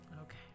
Okay